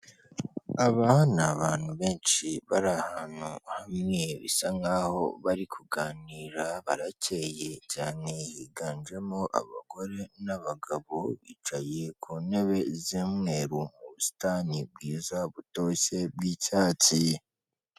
Aba ni abantu benshi bari ahantu hamwe bisa nk'aho bari kuganira barakeye cyane higanjemo abagore n'abagabo bicaye ku ntebe z'umweru mu busitani bwiza butoshye bw'icyatsi.